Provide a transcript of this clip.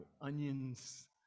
onions